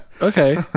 Okay